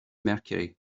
mercury